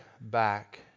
back